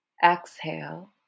Exhale